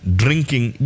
drinking